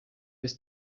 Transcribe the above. bis